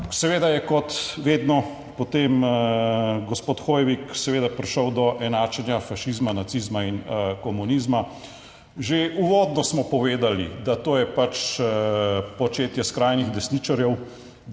seveda je kot vedno potem gospod Hoivik, seveda prišel do enačenja fašizma nacizma in komunizma. Že uvodno smo povedali, da to je pač početje skrajnih desničarjev,